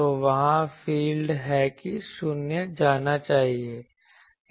तो वहाँ फील्ड है कि शून्य जाना चाहिए